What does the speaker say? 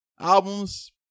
albums